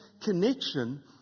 connection